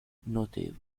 notevole